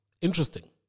interesting